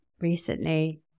recently